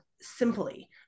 simply